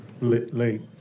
Late